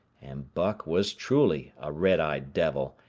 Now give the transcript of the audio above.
and buck was truly a red-eyed devil,